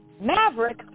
Maverick